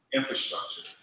infrastructure